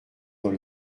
dans